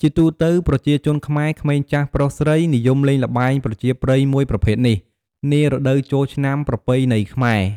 ជាទូទៅប្រជាជនខ្មែរ ក្មេងចាស់ ប្រុសស្រី និយមលេងល្បែងប្រជាប្រិយមួយប្រភេទនេះ នារដូវចូលឆ្នាំប្រពៃណីខ្មែរ។